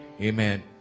Amen